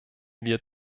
wir